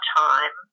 time